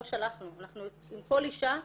לא שלחנו אנחנו עם כל אישה,